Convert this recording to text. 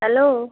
hello